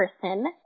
person